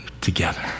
together